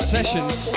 Sessions